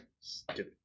Stupid